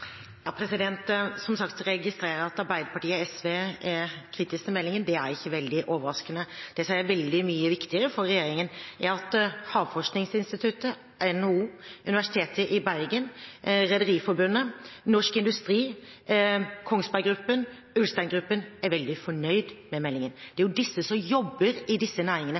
Som sagt registrerer jeg at Arbeiderpartiet og SV er kritiske til meldingen – det er ikke veldig overraskende. Det som er veldig mye viktigere for regjeringen, er at Havforskningsinstituttet, NHO, Universitetet i Bergen, Rederiforbundet, Norsk Industri, Kongsberg Gruppen og Ulstein-gruppen er veldig fornøyd med meldingen. Det er de som jobber i disse næringene,